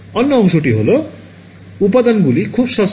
অন্য অংশটি হল উপাদানগুলি খুব সস্তা